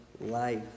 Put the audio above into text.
life